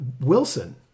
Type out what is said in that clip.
Wilson